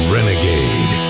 Renegade